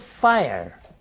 fire